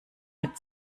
mit